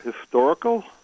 historical